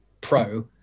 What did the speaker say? pro